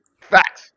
Facts